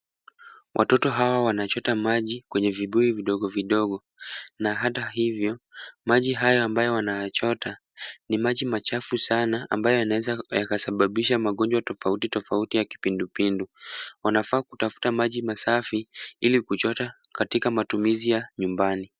Watoto hawa wanachota maji kwenye vibuyu vidogo vidogo na hata hivyo, maji haya ambayo wanayachota ni maji machafu sana ambayo yanaeza yakasababisha magonjwa tofauti tofauti ya kipindupindu. Wanafaa kutafuta maji masafi ili kuchota katika matumizi ya nyumbani.